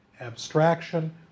abstraction